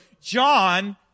John